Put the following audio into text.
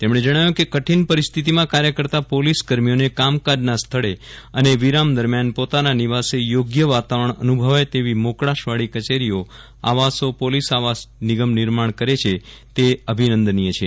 તેમણે જણાવ્યું કે કઠીન પરિસ્થિતીમાં કાર્ય કરતા પોલીસકર્મીઓને કામકાજના સ્થળે અને વિરામ દરમ્યાન પોતાના નિવાસે યોગ્ય વાતાવરણ અનુભવાય તેવી મોકળાશ વાળી કચેરીઓ આવાસો પોલીસ આવાસ નિગમ નિર્માણ કરે છે તે અભિનંદનીય છે